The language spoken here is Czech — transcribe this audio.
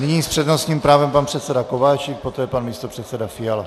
Nyní s přednostním právem pan předseda Kováčik, poté pan místopředseda Fiala.